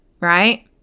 Right